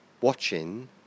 watching